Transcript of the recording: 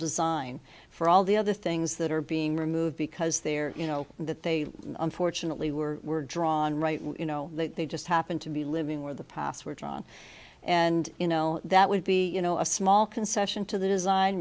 design for all the other things that are being removed because they're you know that they unfortunately were drawn right you know they just happened to be living where the past were drawn and you know that would be you know a small concession to the design